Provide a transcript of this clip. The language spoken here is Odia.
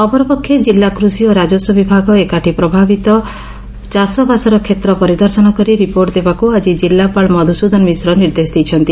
ଅପରପକ୍ଷେ କିଲ୍ଲା କୃଷି ଓ ରାଜସ୍ୱ ବିଭାଗ ଏକାଠି ପ୍ରଭାବିତ ଚାଷବାସର ଷେତ୍ର ପରିଦର୍ଶନ କରି ରିପୋର୍ଟ ଦେବାକୁ ଆଜି ଜିଲ୍ଲାପାଳ ମଧୁସ୍ଦନ ମିଶ୍ର ନିର୍ଦ୍ଦେଶ ଦେଇଛନ୍ତି